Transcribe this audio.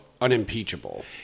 unimpeachable